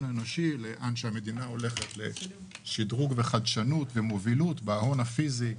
האנושי לבין שדרוג החדשנות והמובילות בהון הפיזי,